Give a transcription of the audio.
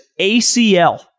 ACL